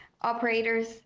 operators